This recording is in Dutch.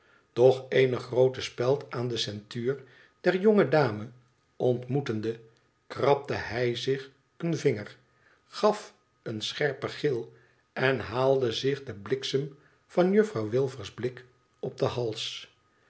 doch eene groote speld aan de ceinture der jonge dame ontmoettende krabde hij zich ern vinger gaf een scherpen gil en haalde zich den bliksem van juffrouw wilfer's blik op den hals